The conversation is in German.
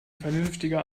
vernünftiger